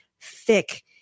thick